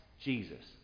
Jesus